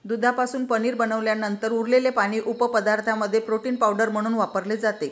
दुधापासून पनीर बनवल्यानंतर उरलेले पाणी उपपदार्थांमध्ये प्रोटीन पावडर म्हणून वापरले जाते